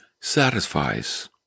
satisfies